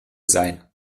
sein